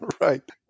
Right